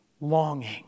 longing